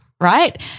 right